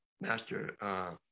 Master